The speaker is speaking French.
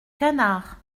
canards